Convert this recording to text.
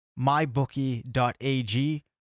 mybookie.ag